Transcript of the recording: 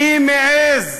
מי מעז